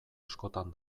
askotan